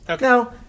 now